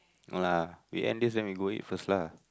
no lah we end this then we go eat first lah